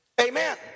amen